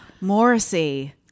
Morrissey